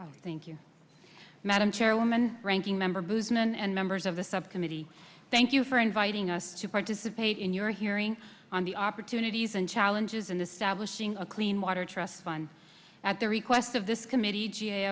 follow thank you madam chairwoman ranking member boozman and members of the subcommittee thank you for inviting us to participate in your hearing on the opportunities and challenges and establishing a clean water trust fund at the request of this committee g a